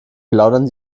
plaudern